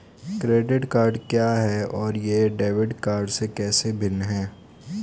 Credit card क्या है और यह डेबिट कार्ड से कैसे भिन्न है?